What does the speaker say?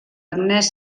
agnès